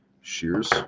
Shears